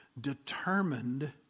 determined